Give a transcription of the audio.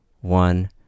one